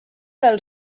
del